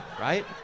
Right